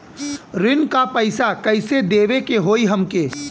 ऋण का पैसा कइसे देवे के होई हमके?